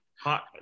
Hot